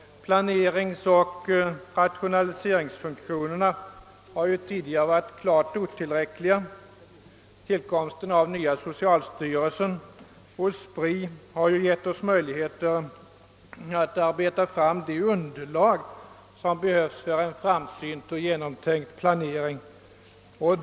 Planeringsoch rationaliseringsfunktionerna har tidigare varit klart otillräckliga, tillkomsten av SPRI och den nya socialstyrelsen har givit oss möj ligheter att arbeta fram det underlag som behövs för en framsynt och genomtänkt planering.